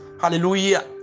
Hallelujah